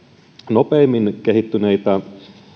nopeimmin kehittyneitä